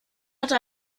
hatte